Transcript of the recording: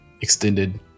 extended